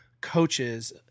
coaches